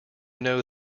know